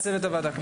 הישיבה ננעלה בשעה